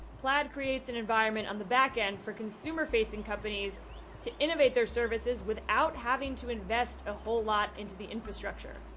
plaid creates an environment on the back end for consumer facing companies to innovate their services without having to invest a whole lot into the infrastructure.